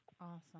Awesome